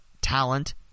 Talent